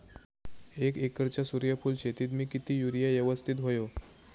एक एकरच्या सूर्यफुल शेतीत मी किती युरिया यवस्तित व्हयो?